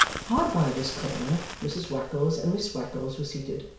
hard by this corner, mrs wackles and miss wackles were seated,